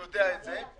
הוא יודע את זה.